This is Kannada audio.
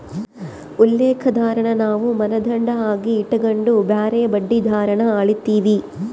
ಉಲ್ಲೇಖ ದರಾನ ನಾವು ಮಾನದಂಡ ಆಗಿ ಇಟಗಂಡು ಬ್ಯಾರೆ ಬಡ್ಡಿ ದರಾನ ಅಳೀತೀವಿ